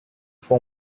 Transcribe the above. for